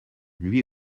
lui